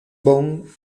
bond